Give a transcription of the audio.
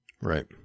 Right